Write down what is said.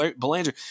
Belanger